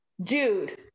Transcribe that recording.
dude